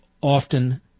often